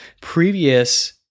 Previous